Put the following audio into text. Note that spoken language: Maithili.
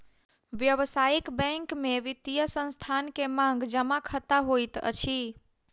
व्यावसायिक बैंक में वित्तीय संस्थान के मांग जमा खता होइत अछि